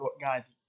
guys